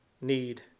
need